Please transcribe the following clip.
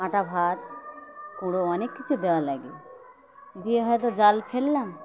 আঁটা ভাত গুঁড়ো অনেক কিছু দেওয়া লাগে দিয়ে হয়তো জাল ফেললাম